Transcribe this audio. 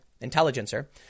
Intelligencer